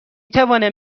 توانم